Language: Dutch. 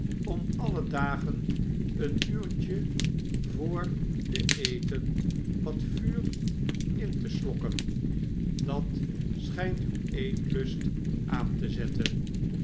iom alle dagen een uurtje voor den eten wat vuur in te slokken dat schijnt uw eetlust aan te zetten